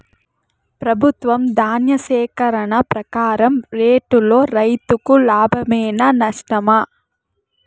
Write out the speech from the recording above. ప్రభుత్వం ధాన్య సేకరణ ప్రకారం రేటులో రైతుకు లాభమేనా నష్టమా?